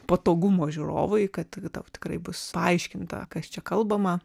patogumo žiūrovui kad tau tikrai bus paaiškinta kas čia kalbama